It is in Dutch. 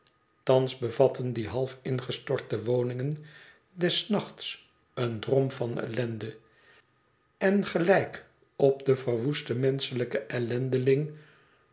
thans bevatten die half ingestorte woningen des nachts een drom van ellende en gelijk op den verwoesten menschelijken